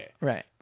Right